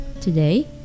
Today